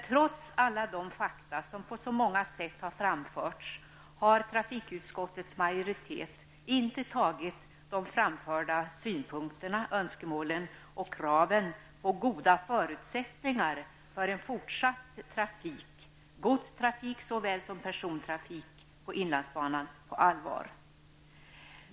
Trots alla de fakta som på så många sätt har framförts har trafikutskottets majoritet inte tagit de framförda synpunkterna, önskemålen och kraven på goda förutsättningar för en fortsatt trafik, godstrafik såväl som persontrafik, på inlandsbanan på allvar.